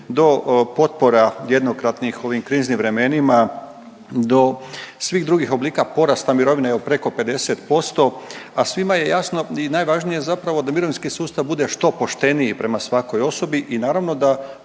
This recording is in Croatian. do potpora jednokratnih u ovim kriznim vremenima do svih drugih oblika porasta mirovine od preko 50%, a svima je jasno i najvažnije zapravo da mirovinski sustav bude što pošteniji prema svakoj osobi i naravno da